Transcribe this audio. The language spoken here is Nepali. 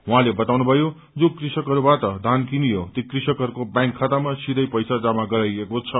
उहाँले बताउनुभयो जो कृषकहरूबाट धान किनियो ती कृषकहरूको व्यांक खातामा सीवै पैसा जम्मा गराइएको छ